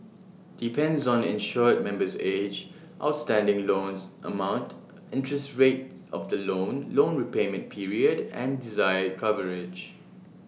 depends on insured member's age outstanding loan amount interest rate of the loan loan repayment period and desired coverage